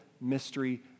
mystery